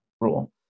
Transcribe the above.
rule